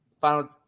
final